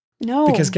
No